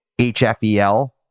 HFEL